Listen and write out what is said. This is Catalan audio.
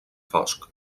fosc